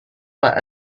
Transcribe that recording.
were